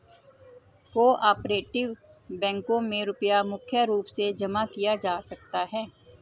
को आपरेटिव बैंकों मे रुपया मुख्य रूप से जमा किया जाता है